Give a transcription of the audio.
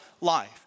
Life